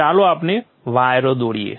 ચાલો આપણે વાયરો દોરીએ